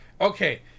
Okay